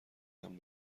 امن